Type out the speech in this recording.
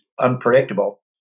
unpredictable